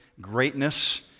greatness